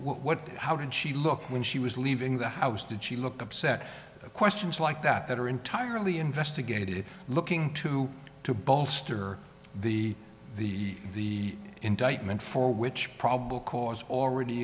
what how did she look when she was leaving the house did she look upset of questions like that are entirely investigative looking to to bolster the the the indictment for which probable cause already